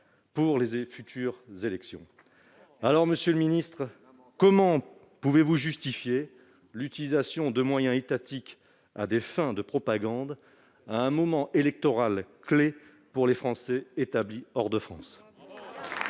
pour les futures élections. Monsieur le secrétaire d'État, comment pouvez-vous justifier l'utilisation de moyens étatiques à des fins de propagande, à un moment électoral clé pour les Français établis hors de France ?